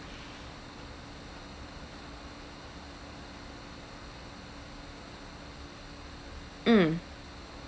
mm